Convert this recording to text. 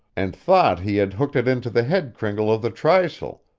and thought he had hooked it into the head-cringle of the trysail,